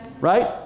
Right